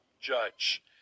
judge